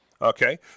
Okay